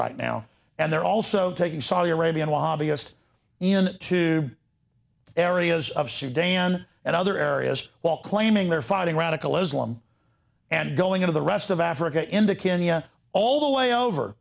right now and they're also taking saudi arabian lobbyist in to areas of sudan and other areas while claiming they're fighting radical islam and going into the rest of africa in the kenya all the way over